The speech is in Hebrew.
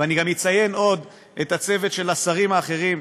ואני גם אציין עוד את הצוות של השרים האחרים,